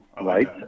right